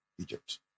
egypt